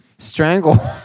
Strangle